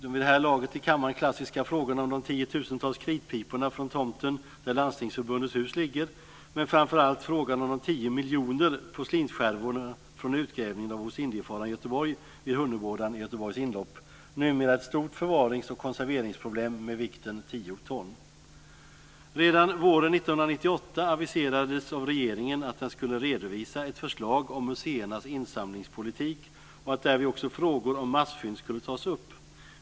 De vid det här laget i kammaren klassiska frågorna om de tiotusentals kritpiporna från tomten där Landstingsförbundets hus ligger men framför allt de tio miljoner porslinsskärvorna från utgrävningen av ostindiefararen Götheborg vid Hunnebådan vid Göteborgs inlopp är numera ett stort förvarings och konserveringsproblem med vikten tio ton. Redan våren 1998 aviserades av regeringen att den skulle redovisa ett förslag om museernas insamlingspolitik och att därvid också frågor om massfynd skulle tas upp.